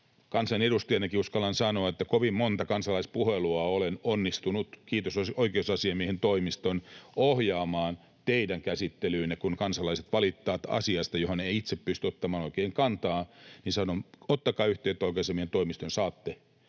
Kansanedustajanakin uskallan sanoa, että kovin monta kansalaispuhelua olen onnistunut, kiitos oikeusasiamiehen toimiston, ohjaamaan teidän käsittelyynne: kun kansalaiset valittavat asiasta, johon ei itse pysty ottamaan oikein kantaa, niin sanon, että ottakaa yhteyttä oikeusasiamiehen toimistoon ja saatte